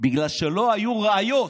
בגלל שלא היו ראיות,